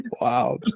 Wow